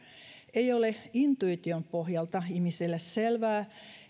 ei ole intuition pohjalta selvää